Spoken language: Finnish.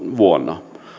vuonna